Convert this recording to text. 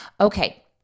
Okay